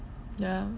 ya